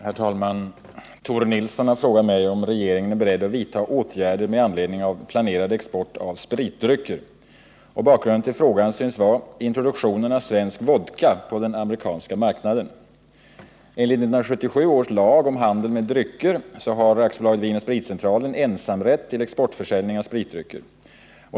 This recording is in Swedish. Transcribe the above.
Herr talman! Tore Nilsson har frågat mig om regeringen är beredd att vidtaga åtgärder med anledning av planerad export av spritdrycker. Bakgrunden till frågan synes vara introduktionen av svensk vodka på den amerikanska marknaden. Enligt 1977 års lag om handel med drycker har AB Vin & Spritcentralen ensamrätt till exportförsäljning av spritdrycker.